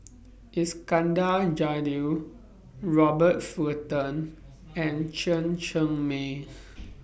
Iskandar Jalil Robert Fullerton and Chen Cheng Mei